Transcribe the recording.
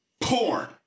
porn